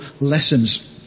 lessons